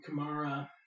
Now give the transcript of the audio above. Kamara